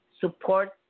support